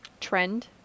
trend